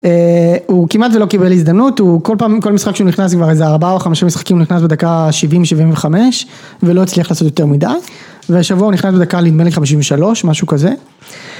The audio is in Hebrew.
הוא כמעט ולא קיבל הזדמנות, הוא כל פעם, כל משחק שהוא נכנס, כבר איזה ארבע או חמש משחקים נכנס בדקה השבעים, שבעים וחמש, ולא הצליח לעשות יותר מדי. ושבוע הוא נכנס נדמה לי בדקה השבעים ושלוש, משהו כזה